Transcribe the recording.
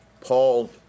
Paul